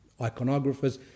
iconographers